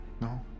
No